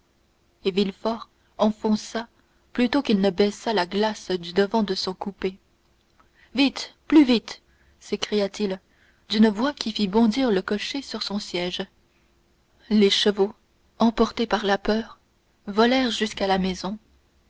et villefort enfonça plutôt qu'il ne baissa la glace du devant de son coupé vite plus vite s'écria-t-il d'une voix qui fit bondir le cocher sur son siège les chevaux emportés par la peur volèrent jusqu'à la maison